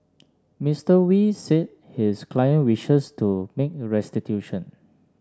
Mister Wee said his client wishes to make restitution